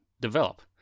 develop